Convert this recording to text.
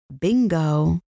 Bingo